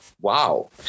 wow